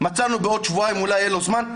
מצאנו בעוד שבועיים אולי יהיה לו זמן,